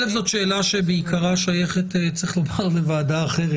זו שאלה שבעיקרה שייכת לוועדה אחרת.